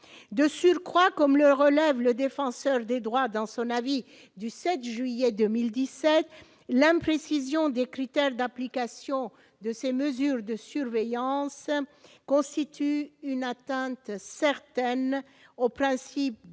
de surcroît, comme le relève le défenseur des droits dans son avis du 7 juillet 2017 l'imprécision des critères d'application de ces mesures de surveillance constituent une atteinte certaine au principe